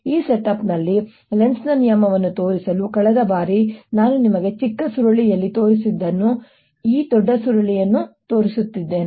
ಈ ಸೆಟಪ್ನಲ್ಲಿ Lenz ನ ನಿಯಮವನ್ನು ತೋರಿಸಲು ಕಳೆದ ಬಾರಿ ನಾನು ನಿಮಗೆ ಚಿಕ್ಕ ಸುರುಳಿಯಲ್ಲಿ ತೋರಿಸಿದ್ದನ್ನು ನಾನು ಈ ದೊಡ್ಡ ಸುರುಳಿಯನ್ನು ತೋರಿಸುತ್ತೇನೆ